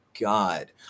God